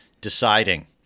deciding